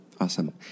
Awesome